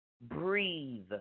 breathe